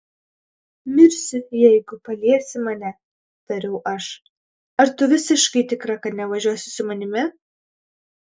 mirsiu jeigu paliesi mane tariau aš ar tu visiškai tikra kad nevažiuosi su manimi